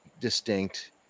distinct